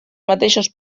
mateixos